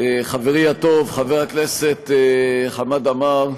חברי הטוב חבר הכנסת חמד עמאר,